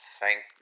Thank